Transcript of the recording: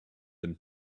them